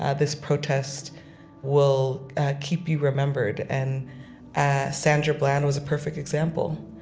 ah this protest will keep you remembered. and sandra bland was a perfect example.